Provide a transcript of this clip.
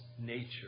nature